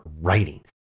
writing